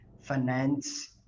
finance